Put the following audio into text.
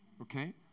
Okay